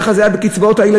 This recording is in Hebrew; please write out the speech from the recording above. ככה זה היה בקצבאות הילדים.